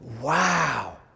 wow